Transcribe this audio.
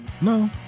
No